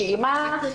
שילמה,